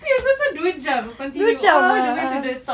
aku rasa dua jam continue all the way to the top